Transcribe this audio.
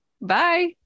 Bye